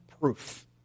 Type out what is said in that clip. proof